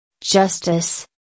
Justice